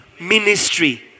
ministry